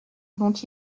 dont